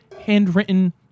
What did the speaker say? handwritten